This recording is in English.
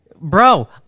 Bro